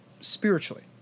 spiritually